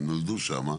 הם נולדו שם,